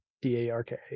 D-A-R-K